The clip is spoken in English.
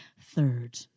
Third